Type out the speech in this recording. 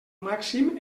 màxim